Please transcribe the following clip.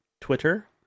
Twitter